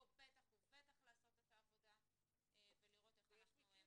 פה בטח ובטח לעשות את העבודה ולראות איך אנחנו מתקנים את זה.